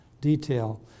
detail